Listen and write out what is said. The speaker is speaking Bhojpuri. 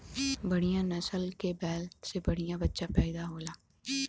बढ़िया नसल के बैल से बढ़िया बच्चा पइदा होला